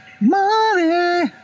money